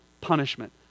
punishment